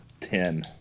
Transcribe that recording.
ten